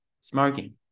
smoking